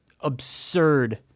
absurd